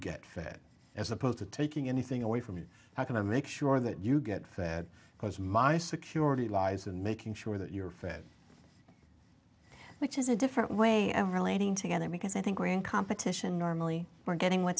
fit as opposed to taking anything away from me how can i make sure that you get fed because my security lies in making sure that you're fed which is a different way of relating together because i think we're in competition normally we're getting what